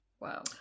Wow